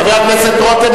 חבר הכנסת רותם,